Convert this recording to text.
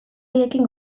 haiekin